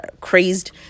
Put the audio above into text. crazed